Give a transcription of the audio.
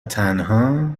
تنها